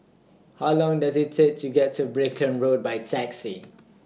How Long Does IT Take to get to Brickland Road By Taxi